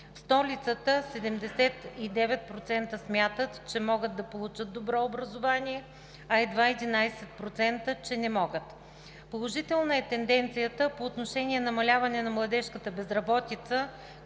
столицата 79% смятат, че могат да получат добро образование, а едва 11%, че не могат. Положителна е тенденцията по отношение намаляване на младежката безработица,